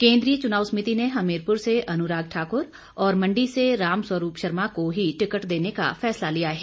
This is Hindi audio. केंद्रीय चुनाव समिति ने हमीरपुर से अनुराग ठाकुर और मंडी से रामस्वरूप शर्मा को ही टिकट देने का फैसला लिया है